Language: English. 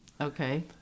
okay